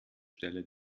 stelle